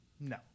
No